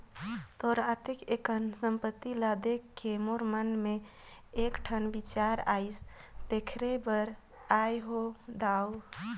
तोर अतेक अकन संपत्ति ल देखके मोर मन मे एकठन बिचार आइसे तेखरे बर आये हो दाऊ